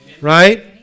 Right